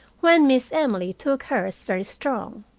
when miss emily took hers very strong.